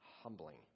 humbling